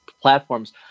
platforms